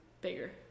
Bigger